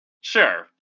Sure